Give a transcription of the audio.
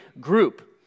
group